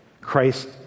Christ